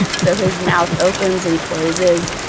so his mouth opens and closes.